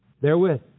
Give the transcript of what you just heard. Therewith